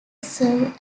serve